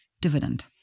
dividend